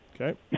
Okay